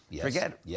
Forget